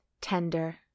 tender